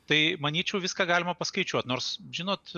tai manyčiau viską galima paskaičiuot nors žinot